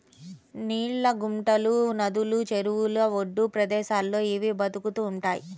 నీళ్ళ గుంటలు, నదులు, చెరువుల ఒడ్డు ప్రదేశాల్లో ఇవి బతుకుతూ ఉంటయ్